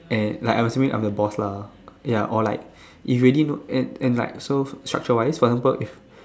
and like I am assuming I am the boss lah ya or like if you really no and and like so structure wise for example